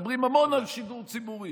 מדברים המון על שידור ציבורי,